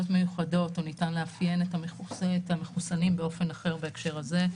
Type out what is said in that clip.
מיוחדות או ניתן לאפיין את המחוסנים באופן אחר בהקשר הזה,